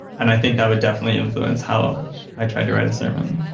and i think that would definitely influence how um i try to write a sermon.